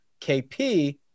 KP